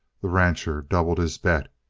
the rancher doubled his bet.